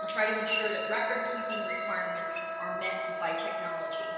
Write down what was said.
and try to ensure that record-keeping requirements are met by technology